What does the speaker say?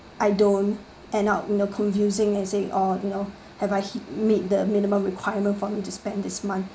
I don't end up in a confusing and saying oh you know have I hi~ meet the minimum requirement for him to spend this month